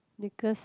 Nicholas